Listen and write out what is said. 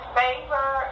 favor